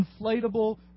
inflatable